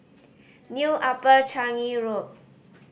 New Upper Changi Road